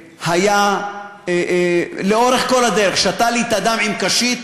שהיה לאורך כל הדרך, שתה לי את הדם עם קשית,